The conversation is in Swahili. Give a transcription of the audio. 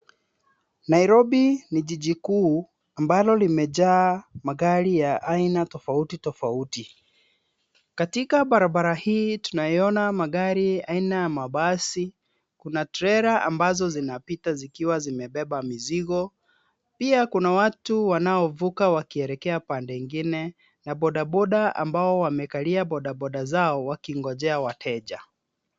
Nairobi ni jiji kuu ambalo limejaa magari ya aina tofauti tofauti. Katika barabara hii tunayaona magari aina ya mabasi, kuna trela ambazo zinapita zikiwa zimebeba mizigo. Pia kuna watu wanaovuka wakiielekea pande nyingine na bodaboda ambao wamekalia bodaboda zao wakingoja wateja.